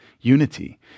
unity